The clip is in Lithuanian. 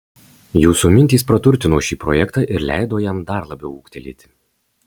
jūsų mintys praturtino šį projektą ir leido jam dar labiau ūgtelėti